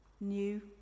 new